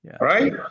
Right